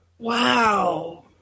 Wow